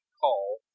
call